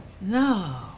No